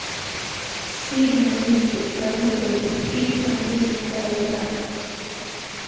seed money के कभी कभी सीड फंडिंग भी कहल जा हय